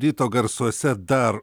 ryto garsuose dar